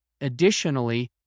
additionally